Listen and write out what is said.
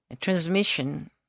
transmission